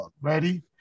Ready